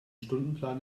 stundenplan